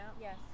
Yes